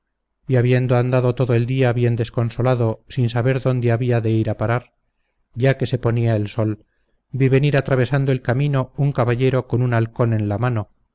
y habiendo andado todo el día bien desconsolado sin saber dónde había de ir a parar ya que se ponía el sol vi venir atravesando el camino un caballero con un halcón en la mano